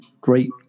great